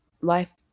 life